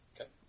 Okay